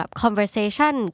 conversation